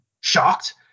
shocked